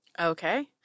Okay